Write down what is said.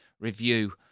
review